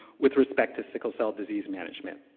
with respect to sickle cell disease management.